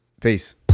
Peace